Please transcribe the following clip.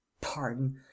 Pardon